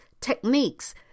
techniques